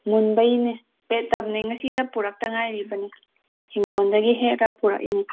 ꯃꯨꯟꯕꯩꯅꯦ ꯄꯦꯠꯇꯕꯅꯦ ꯉꯁꯤꯇ ꯄꯨꯔꯛꯄꯇ ꯉꯥꯏꯔꯤꯕꯅꯦ ꯍꯤꯡꯒꯣꯟꯗꯒꯤ ꯍꯦꯛꯂꯒ ꯄꯨꯔꯛꯏꯅꯦ